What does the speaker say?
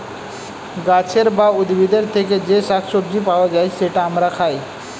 গাছের বা উদ্ভিদের থেকে যে শাক সবজি পাওয়া যায়, সেটা আমরা খাই